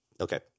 Okay